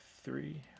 three